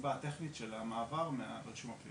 הסיבה הטכנית של המעבר מה ---,